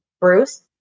Bruce